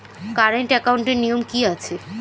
Current একাউন্টের নিয়ম কী আছে?